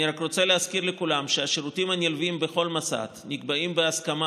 אני רק רוצה להזכיר לכולם שהשירותים הנלווים בכל מוסד נקבעים בהסכמה